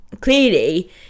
clearly